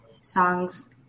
songs